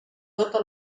tota